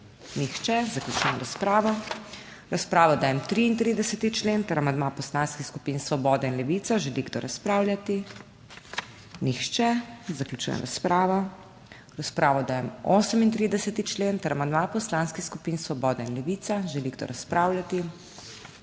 zatorej zaključujem razpravo. V razpravo dajem 41. člen ter amandma Poslanskih skupin Svobodna levica. Želi kdo razpravljati? Nihče. Zaključujem razpravo. V razpravo dajem 42. člen ter amandma Poslanskih skupin Svobodna levica, želi kdo razpravljati?